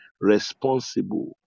responsible